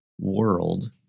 world